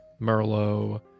Merlot